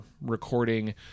recording